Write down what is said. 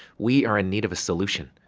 we are in need of a solution.